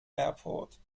airport